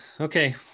Okay